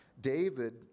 David